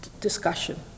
discussion